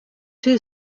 two